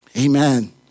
Amen